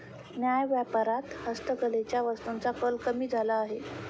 न्याय्य व्यापारात हस्तकलेच्या वस्तूंचा कल कमी झाला आहे